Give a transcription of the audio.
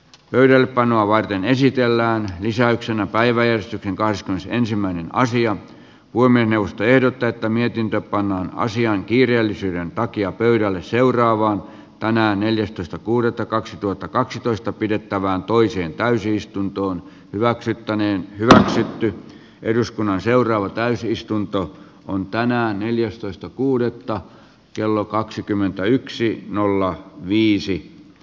pöydällepanoa varten esityöllään lisäyksen päivä jonka ensimmäinen asia voimme nousta jo tätä mietintö pannaan asian kiireellisyyden takia pöydälle seuraavaan tänään neljästoista kuudetta kaksituhattakaksitoista pidettävään toiseen täysistuntoon hyväksyttäneen hyväksytty eduskunnan seuraava täysistunto on tänään neljästoista kuudetta kello kaksikymmentäyksi nolla viisi